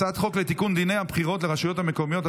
הצעת חוק לתיקון דיני הבחירות לרשויות המקומיות,